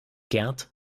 gerd